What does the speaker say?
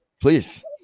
please